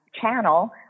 channel